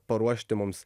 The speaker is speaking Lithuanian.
paruošti mums